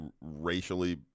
racially